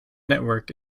network